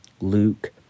Luke